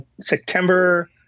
September